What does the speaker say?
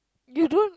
you don't